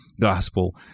gospel